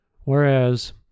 Whereas